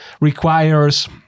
requires